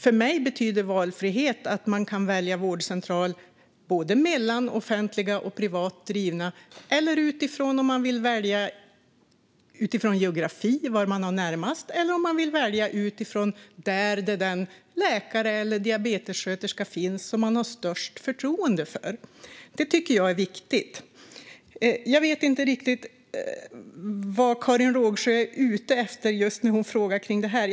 För mig betyder valfrihet att man kan välja mellan offentliga och privat drivna vårdcentraler, välja utifrån geografi och vad man har närmast till eller välja utifrån var den läkare eller diabetessköterska finns som man har störst förtroende för. Det tycker jag är viktigt. Jag vet inte riktigt vad Karin Rågsjö är ute efter när hon frågar om just det här.